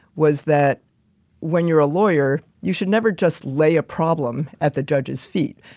was that when you're a lawyer, you should never just lay a problem at the judge's feet.